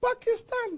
Pakistan